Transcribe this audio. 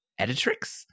editrix